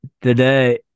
Today